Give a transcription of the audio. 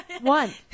one